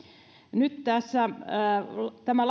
nyt jos tämä